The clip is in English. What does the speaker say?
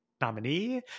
nominee